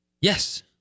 Yes